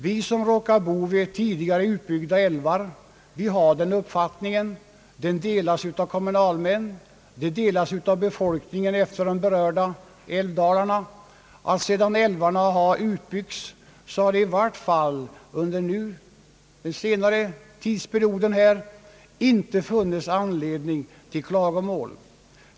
Vi som råkar bo vid tidigare utbyggda älvar har den uppfattningen — den delas av kommunal män, den delas av befolkningen utefter de berörda älvdalarna — att sedan älvarna har utbyggts har i vart fall på senare tid inte funnits anledning till klagomål.